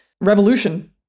revolution